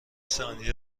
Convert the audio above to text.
ثانیه